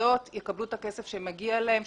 שהעיריות יקבלו את הכסף שמגיע להן,